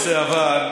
לי, בלי טיבי זה שונה.